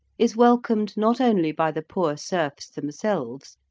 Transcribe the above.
is welcomed not only by the poor serfs themselves,